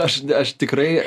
aš aš tikrai